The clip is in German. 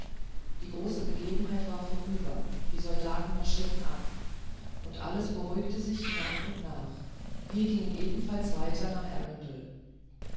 die große begebenheit war vorüber die soldaten marschierten ab und alles beruhigte sich nach und nach wir gingen ebenfalls weiter nach